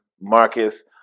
Marcus